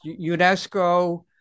UNESCO